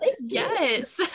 Yes